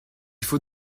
faut